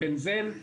בנזן,